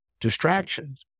distractions